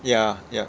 ya ya